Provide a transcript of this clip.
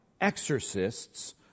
exorcists